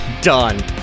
done